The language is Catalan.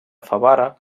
favara